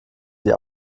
sie